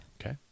Okay